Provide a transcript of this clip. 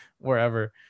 wherever